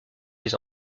les